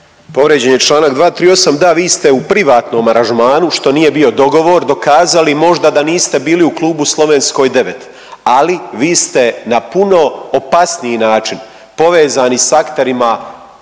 Povrijeđen je čl. 238., da vi ste u privatnom aranžmanu, što nije bio dogovor, dokazali možda da niste bili u klubu u Slovenskoj 9, ali vi ste na puno opasniji način povezani s akterima